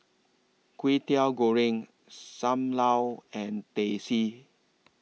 Kwetiau Goreng SAM Lau and Teh C